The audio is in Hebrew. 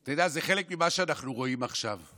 אתה יודע, זה חלק ממה שאנחנו רואים עכשיו.